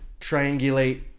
triangulate